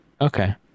Okay